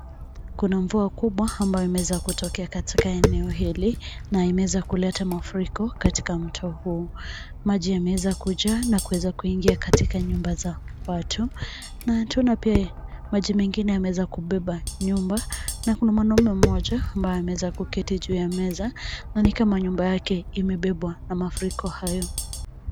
Kuna mvua kubwa ambayo imewezakutikea katika eneo hili na imeweza kuleta mafuriko katika mto huu, maji yameweza kujaa na kuweza kuingia katika nyumba za watu na maji mengine yameweza kubeba nyumba na kuna mwanaume mmoja ambaye ameweza kuketi juu ya meza na ni kama nyumba yame imebebwa na mafuriko hayo.